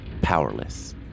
powerless